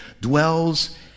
dwells